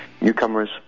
Newcomers